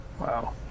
Wow